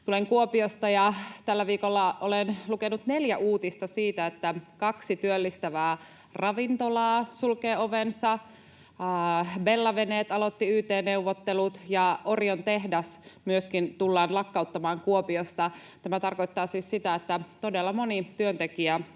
Tulen Kuopiosta, ja tällä viikolla olen lukenut neljä uutista siitä, että kaksi työllistävää ravintolaa sulkee ovensa, Bella-Veneet aloitti yt-neuvottelut ja Orion-tehdas myöskin tullaan lakkauttamaan Kuopiosta. Tämä tarkoittaa siis sitä, että todella moni työntekijä